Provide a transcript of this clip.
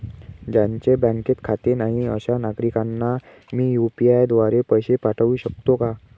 ज्यांचे बँकेत खाते नाही अशा नागरीकांना मी यू.पी.आय द्वारे पैसे पाठवू शकतो का?